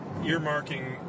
earmarking